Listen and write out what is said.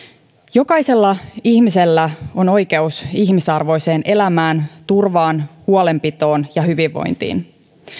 jokaisella ihmisellä on oikeus ihmisarvoiseen elämään turvaan huolenpitoon ja hyvinvointiin